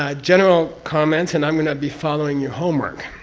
ah general comments, and i'm going to be following your homework.